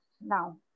now